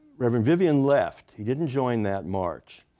reverend vivian left. he didn't join that march.